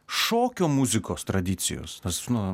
šokio muzikos tradicijos nes nu